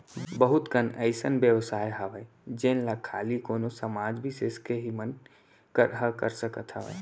बहुत कन अइसन बेवसाय हावय जेन ला खाली कोनो समाज बिसेस के ही मनसे मन ह कर सकत हावय